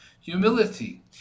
humility